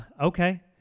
Okay